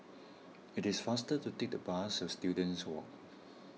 it is faster to take the bus to Students Walk